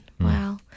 Wow